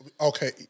okay